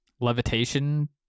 levitation